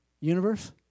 universe